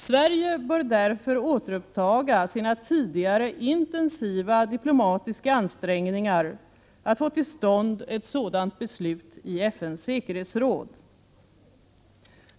Sverige bör därför återuppta sina tidigare intensiva diplomatiska ansträngningar att få till stånd ett sådant beslut i FN:s säkerhetsråd.